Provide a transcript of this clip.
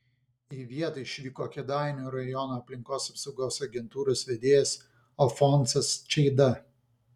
į vietą išvyko kėdainių rajono aplinkos apsaugos agentūros vedėjas alfonsas čeida